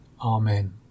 Amen